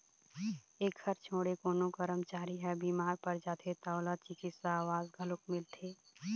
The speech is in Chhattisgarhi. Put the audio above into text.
एखर छोड़े कोनो करमचारी ह बिमार पर जाथे त ओला चिकित्सा अवकास घलोक मिलथे